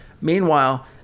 meanwhile